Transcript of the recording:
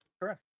correct